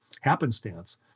happenstance